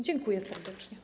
Dziękuję serdecznie.